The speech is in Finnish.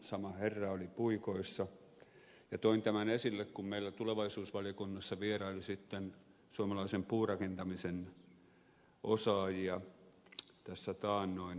sama herra oli puikoissa ja toin tämän esille kun meillä tulevaisuusvaliokunnassa vieraili suomalaisen puurakentamisen osaajia tässä taannoin